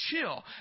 chill